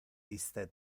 iste